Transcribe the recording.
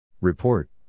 Report